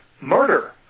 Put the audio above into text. murder